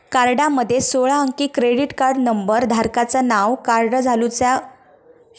कार्डामध्ये सोळा अंकी क्रेडिट कार्ड नंबर, धारकाचा नाव, कार्ड चालू झाल्याचा वर्ष आणि संपण्याची तारीख असता